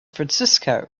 francisco